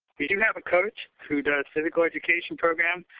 we do have a coach who does physical education program.